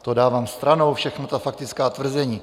To dávám stranou všechna ta faktická tvrzení.